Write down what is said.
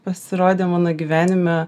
pasirodė mano gyvenime